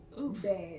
Bad